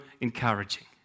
encouraging